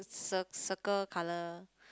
ci~ circle colour